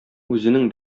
үзенең